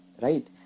Right